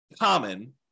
common